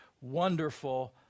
Wonderful